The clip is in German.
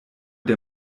der